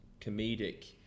comedic